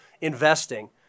investing